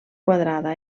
quadrada